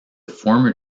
former